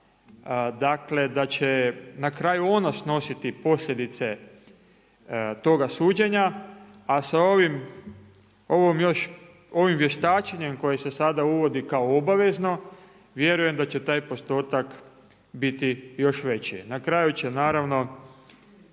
dakle da će na kraju ona snositi posljedice toga suđenja a sa ovim, ovom još, ovim vještačenjem koje se sada uvodi kao obavezno vjerujem da će taj postotak biti još veći.